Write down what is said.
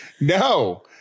No